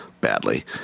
badly